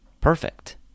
perfect